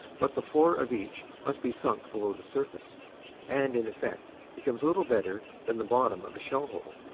but the floor of each must be sunk below the surface and in effect becomes little better than the bottom of a shell hole.